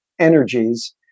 energies